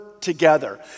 together